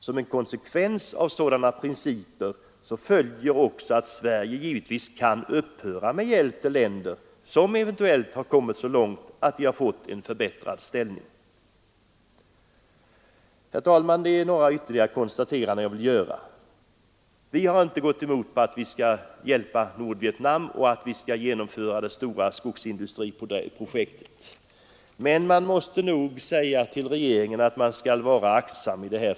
Som en konsekvens av dessa principer följer också att Sverige givetvis kan upphöra med hjälp till länder som eventuellt har kommit så långt att deras ställning har förbättrats. Herr talman! Jag vill göra ytterligare några konstateranden. Vi har inte gått emot förslaget att vi skall hjälpa Nordvietnam genom att genomföra det stora skogsindustriprojektet. Men regeringen bör nog vara aktsam.